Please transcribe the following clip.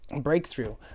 breakthrough